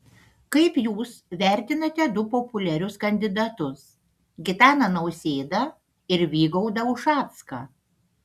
kaip jūs vertinate du populiarius kandidatus gitaną nausėdą ir vygaudą ušacką